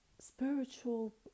spiritual